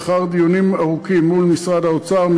לאחר דיונים ארוכים מול משרד האוצר,